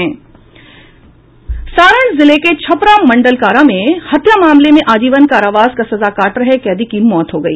सारण जिले के छपरा मंडल कारा में हत्या मामले में आजीवन कारावास का सजा काट रहे कैदी की मौत हो गई